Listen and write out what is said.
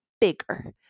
bigger